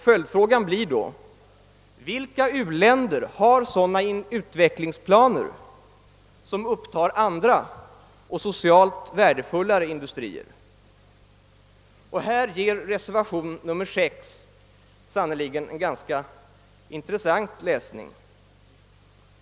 Följdfrågan blir då: Vilka u-länder har utvecklingsplaner som upptar andra och socialt värdefullare industrier? Härvidlag erbjuder reservationen 6 sannerligen en intressant läsning.